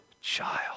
child